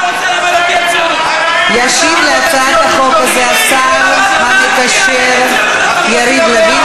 ישיב על הצעת החוק השר המקשר יריב לוין,